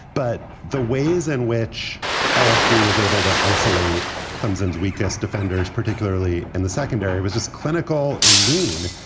but the ways in which lsu was able to isolate clemson's weakest defenders, particularly in the secondary, was just clinical and mean.